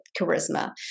charisma